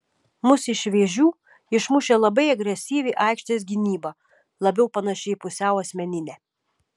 mus iš vėžių išmušė labai agresyvi aikštės gynyba labiau panaši į pusiau asmeninę